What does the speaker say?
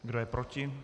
Kdo je proti?